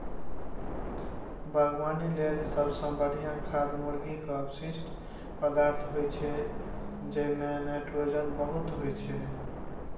बागवानी लेल सबसं बढ़िया खाद मुर्गीक अवशिष्ट पदार्थ होइ छै, जइमे नाइट्रोजन बहुत होइ छै